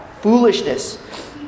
foolishness